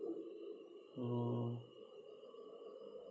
mm